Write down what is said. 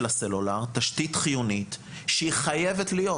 הסלולר תשתית חיונית שהיא חייבת להיות.